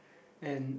and